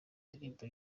ndirimbo